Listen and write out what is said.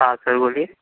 ہاں سر بولیے